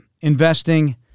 investing